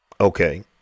Okay